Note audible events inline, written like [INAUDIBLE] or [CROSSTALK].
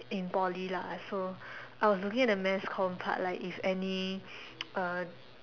in Poly lah so I was looking at the mass com part like if any [NOISE] uh